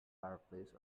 fireplace